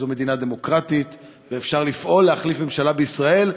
זו מדינה דמוקרטית ואפשר לפעול להחליף ממשלה בישראל.